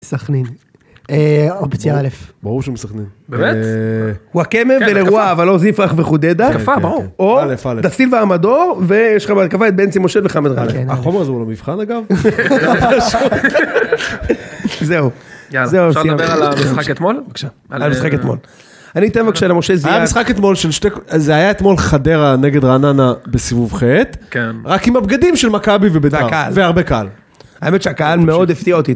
סכנין, אופציה א', ברור שמסכנין, הוא הכמם ולרוע, אבל לא ז'יפרח וחודדה, או דסיל ועמדור ויש לך ברקבה את בנצי מושה וחמאל ראל, החומר זו לא מבחן אגב, זהו, זהו, אפשר לדבר על המשחק אתמול, בבקשה, על המשחק אתמול. אני אתן בבקשה למושה זיאק, המשחק אתמול, זה היה אתמול חדרה נגד רננה בסיבוב ח' כן, רק עם הבגדים של מכבי ובדקה, והרבה קהל, האמת שהקהל מאוד הפתיע אותי,